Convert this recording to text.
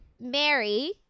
Mary